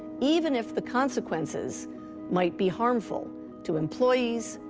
even if the consequences might be harmful to employees,